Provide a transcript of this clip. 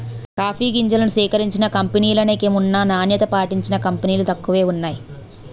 coffee గింజల్ని సేకరించిన కంపినీలనేకం ఉన్నా నాణ్యత పాటించిన కంపినీలు తక్కువే వున్నాయి